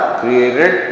created